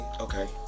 Okay